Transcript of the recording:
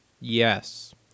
Yes